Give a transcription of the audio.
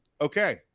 okay